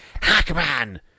Hackman